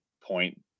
point